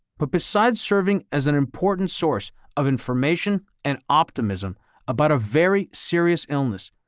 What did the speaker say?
but besides serving as an important source of information and optimism about a very serious illness,